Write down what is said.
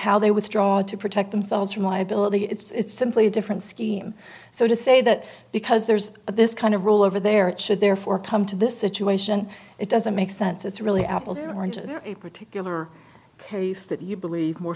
how they withdraw to protect themselves from liability it's simply a different scheme so to say that because there's this kind of rule over there it should therefore come to this situation it doesn't make sense it's really apples and oranges in a particular case that you believe more